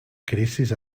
crisis